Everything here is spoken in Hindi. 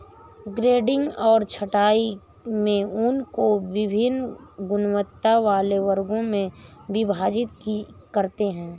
ग्रेडिंग और छँटाई में ऊन को वभिन्न गुणवत्ता वाले वर्गों में विभाजित करते हैं